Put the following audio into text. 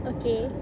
okay